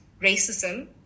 racism